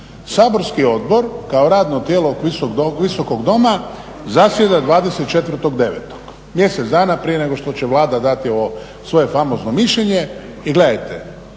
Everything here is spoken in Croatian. Saborski odbor kao radno tijelo Visokog doma zasjeda 24.9., mjesec dana prije nego što će Vlada dati ovo svoje famozno mišljenje. I gledajte.